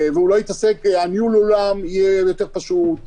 והוא לא יתעסק ניהול האולם יהיה יותר פשוט,